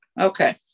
Okay